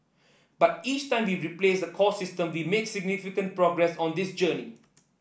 but each time we replace a core system we make significant progress on this journey